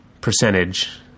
percentage